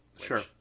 Sure